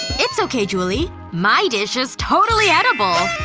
it's okay, julie. my dish is totally edible!